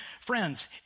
friends